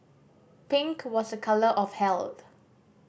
pink was a colour of health